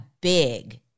big